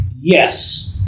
yes